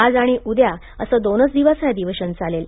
आज आणि उद्या असे दोनच दिवस हे अधिवेशन चालेल